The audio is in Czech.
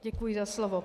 Děkuji za slovo.